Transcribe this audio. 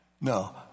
No